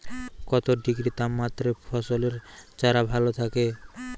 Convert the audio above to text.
কত ডিগ্রি তাপমাত্রায় ফসলের চারা ভালো থাকে?